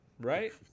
Right